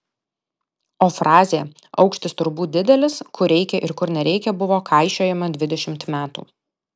o frazė aukštis turbūt didelis kur reikia ir kur nereikia buvo kaišiojama dvidešimt metų